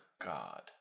god